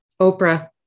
Oprah